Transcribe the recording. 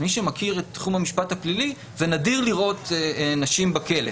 מי שמכיר את תחום המשפט הפלילי זה נדיר לראות נשים בכלא.